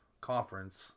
Conference